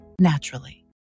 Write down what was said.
naturally